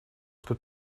кто